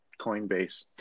Coinbase